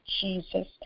Jesus